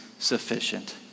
Sufficient